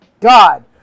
god